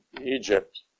Egypt